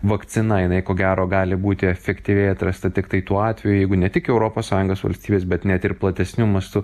vakcina jinai ko gero gali būti efektyviai atrasta tiktai tuo atveju jeigu ne tik europos sąjungos valstybės bet net ir platesniu mastu